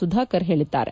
ಸುಧಾಕರ್ ಹೇಳಿದ್ದಾರೆ